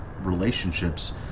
relationships